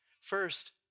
First